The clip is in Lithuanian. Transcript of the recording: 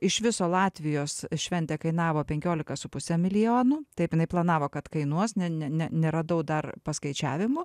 iš viso latvijos šventė kainavo penkiolika su puse milijonų taip jinai planavo kad kainuos ne ne ne neradau dar paskaičiavimų